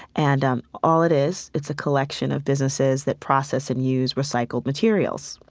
and all it is, it's a collection of businesses that process and use recycled materials,